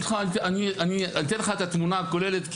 אני אתן לך את התמונה הכוללת.